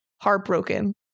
heartbroken